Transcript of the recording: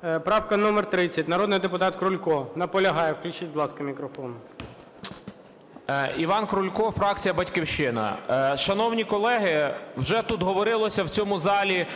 Правка номер 30, народний депутат Крулько. Наполягає. Включіть, будь ласка, мікрофон. 13:25:20 КРУЛЬКО І.І. Іван Крулько, фракція "Батьківщина". Шановні колеги, вже тут говорилося в цьому залі